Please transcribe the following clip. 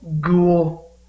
ghoul